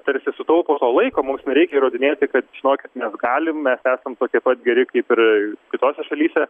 tarsi sutaupo to laiko mums nereikia įrodinėti kad žinokit mes galim mes esam tokie pat geri kaip ir kitose šalyse